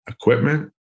equipment